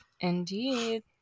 Indeed